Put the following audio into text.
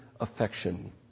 affection